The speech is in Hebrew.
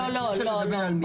לא, אי אפשר לדבר על מתוך.